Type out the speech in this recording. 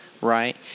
right